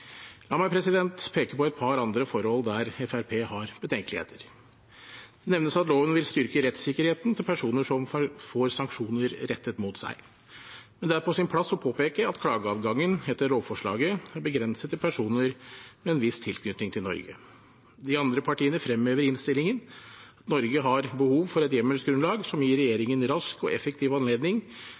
La meg peke på et par andre forhold der Fremskrittspartiet har betenkeligheter. Det nevnes at loven vil styrke rettssikkerheten til personer som får sanksjoner rettet mot seg, men det er på sin plass å påpeke at klageadgangen etter lovforslaget er begrenset til personer med en viss tilknytning til Norge. De andre partiene fremhever i innstillingen at «Norge har behov for et hjemmelsgrunnlag som gir regjeringen rask og effektiv anledning